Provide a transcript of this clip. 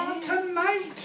tonight